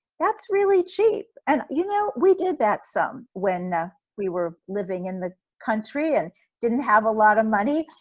that's really cheap. and you know, we did that some when ah we were living in the country and didn't have a lot of money,